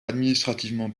administrativement